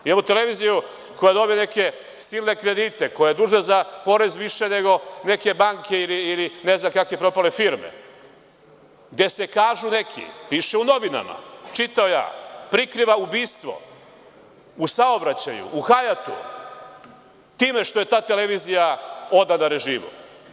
Imamo televiziju koja je dobila neke silne kredite, koja je dužna za porez više nego neke banke ili ne znam kakve propale firme, gde se, kažu neki, piše u novinama, čitao ja, prikriva ubistvo u saobraćaju, u Hajatu, time što je ta televizija odana režimu.